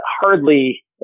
hardly